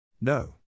No